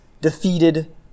defeated